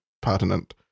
pertinent